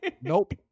Nope